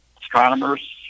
astronomers